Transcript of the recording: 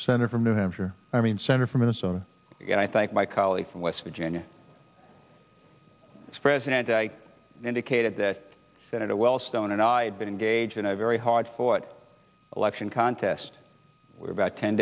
senator from new hampshire i mean center for minnesota and i thank my colleague from west virginia president indicated that senator wellstone and i had been engaged in a very hard fought election contest where about ten